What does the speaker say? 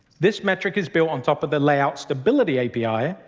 this metric is built on top of the layout stability api,